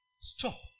stop